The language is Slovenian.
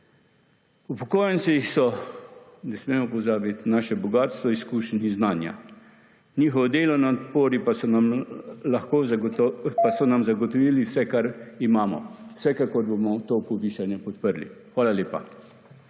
Upokojenci so ne smemo pozabiti naše bogastvo izkušenj in znanja. Njihovi delovni napori pa so nam zagotovili vse, kar imamo. Vsekakor bomo to povišanje podprli. Hvala lepa.